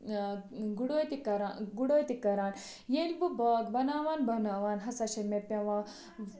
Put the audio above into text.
آ گُڈٲے تہِ کراں گُڈٲے تہِ کران ییٚلہِ بہٕ باغ بَناوان بَناوان ہَسا چھِ مےٚ پٮ۪وان